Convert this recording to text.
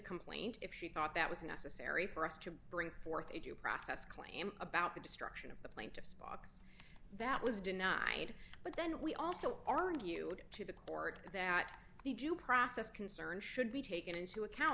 complaint if she thought that was necessary for us to bring forth a due process claim about the destruction of the plaintiff's box that was denied but then we also argued to the court that the due process concern should be taken into account